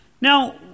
Now